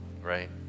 right